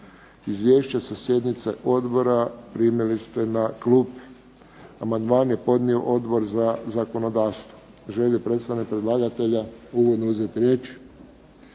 Izvješća sa sjednice odbora primili ste na klupe. Amandman je podnio Odbor za zakonodavstvo. Želi li predstavnik predlagatelja ujedno uzeti riječ?